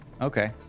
Okay